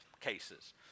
cases